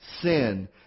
sin